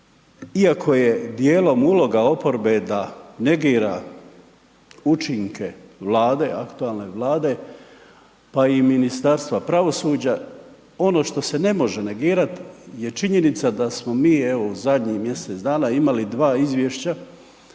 Iako je dijelom uloga oporbe da negira učinke Vlade, aktualne Vlade, pa i Ministarstva pravosuđa, ono što se ne može negirat je činjenica da smo mi evo u zadnjih mjesec dana imali dva izvješća,